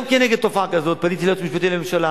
גם כנגד תופעה כזאת פניתי ליועץ המשפטי לממשלה